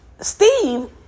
Steve